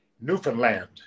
Newfoundland